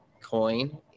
coin